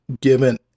given